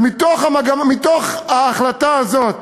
ומתוך ההחלטה הזאת